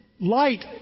light